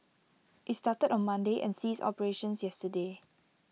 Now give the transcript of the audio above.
IT started on Monday and ceased operations yesterday